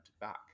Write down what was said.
back